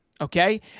okay